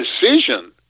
decision